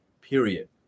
period